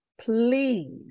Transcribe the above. please